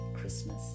Christmas